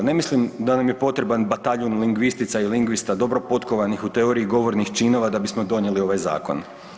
Ne mislim da nam je potreban bataljun lingvistica i lingvista dobro potkovanih u teoriji govornih činova da bismo donijeli ovaj zakon.